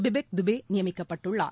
Vivek துபேநியமிக்கப்பட்டுள்ளார்